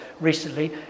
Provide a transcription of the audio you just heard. recently